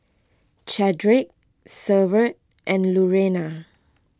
Chadrick Severt and Lurena